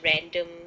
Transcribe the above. random